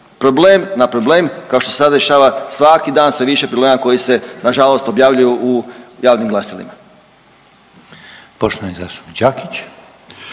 problem na problem kao što se sad dešava svaki dan sve više problema koji se na žalost objavljuju u javnim glasilima.